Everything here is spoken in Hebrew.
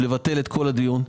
לבטל את כל הדיון,